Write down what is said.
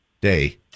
Day